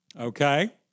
Okay